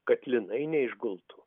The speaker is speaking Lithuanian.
kad linai neišgultų